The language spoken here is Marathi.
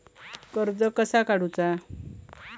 कर्ज कसा काडूचा?